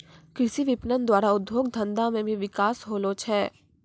कृषि विपणन द्वारा उद्योग धंधा मे भी बिकास होलो छै